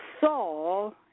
Saul